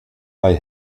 bei